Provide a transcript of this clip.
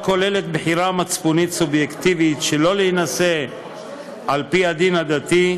הכוללת בחירה מצפונית-סובייקטיבית שלא להינשא על-פי הדין הדתי,